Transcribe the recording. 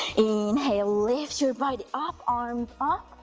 inhale, lift your body up, arms ah